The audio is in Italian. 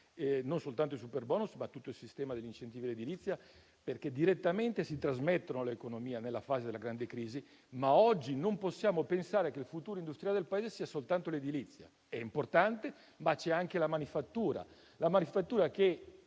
non soltanto il superbonus, ma tutto il sistema degli incentivi all'edilizia, perché direttamente si trasmettono all'economia nella fase della grande crisi. Ma oggi non possiamo pensare che il futuro industriale del Paese sia soltanto l'edilizia; è importante, ma c'è anche la manifattura, che